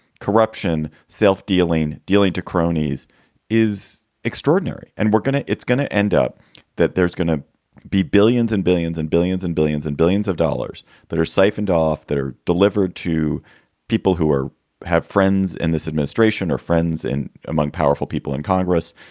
corruption, self-dealing, dealing to cronies is extraordinary and we're going to it's going to end up that there's going to be billions and billions and billions and billions and billions of dollars that are siphoned off, that are delivered to people who are have friends in this administration or friends in among powerful people in congress.